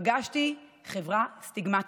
פגשתי חברה סטיגמטית,